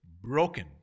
broken